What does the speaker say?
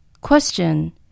Question